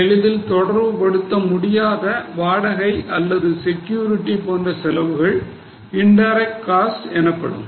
எளிதில் தொடர்பு படுத்த முடியாத வாடகை அல்லது செக்யூரிட்டி போன்ற செலவுகள் இன்டைரக்ட் காஸ்ட் எனப்படும்